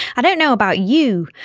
i don't know about you,